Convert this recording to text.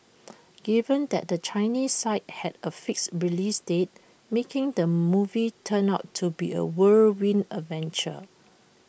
given that the Chinese side had A fixed release date making the movie turned out to be A whirlwind adventure